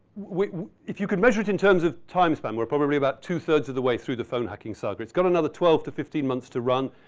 if you can measure it in terms of time span, we're probably about two-thirds of the way through the phone hacking saga. it's got another twelve to fifteen months to run.